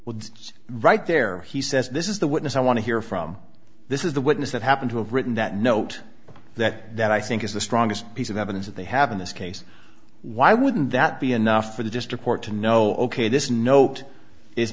it right there he says this is the witness i want to hear from this is the witness that happened to have written that note that that i think is the strongest piece of evidence that they have in this case why wouldn't that be enough for the just report to know ok this note i